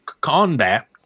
combat